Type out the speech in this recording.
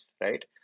right